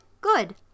good